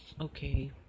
okay